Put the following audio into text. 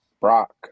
Brock